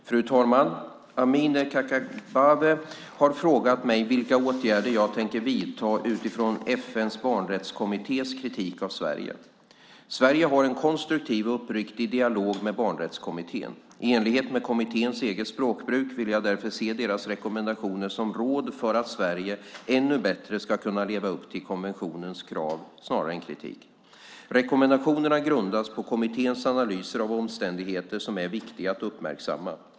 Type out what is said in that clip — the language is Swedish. Fru talman! Amineh Kakabaveh har frågat mig vilka åtgärder jag tänker vidta utifrån FN:s barnrättskommittés kritik av Sverige. Sverige har en konstruktiv och uppriktig dialog med barnrättskommittén. I enlighet med kommitténs eget språkbruk vill jag därför se deras rekommendationer som råd, för att Sverige ännu bättre ska kunna leva upp till konventionens krav, snarare än kritik. Rekommendationerna grundas på kommitténs analyser av omständigheter som är viktiga att uppmärksamma.